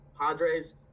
Padres